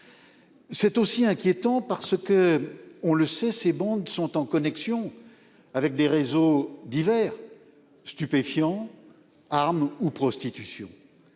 C'est aussi inquiétant parce que, on le sait, ces bandes sont en connexion avec des réseaux divers : stupéfiants, armes ou prostitution.